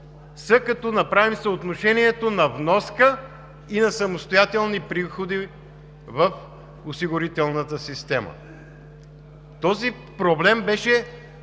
са, като направим съотношението на вноска и на самостоятелни приходи в осигурителната система. Този проблем беше